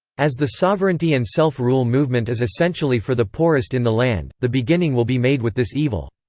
as the sovereignty and self-rule movement is essentially for the poorest in the land, the beginning will be made with this evil.